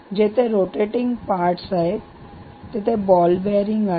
जिथे rotating parts आहेत तिथे बॉल बियरींग आहे